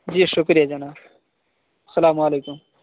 جی شکریہ جناب السلام علیکم